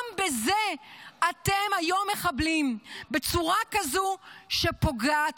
גם בזה אתם היום מחבלים בצורה כזו שפוגעת